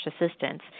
assistance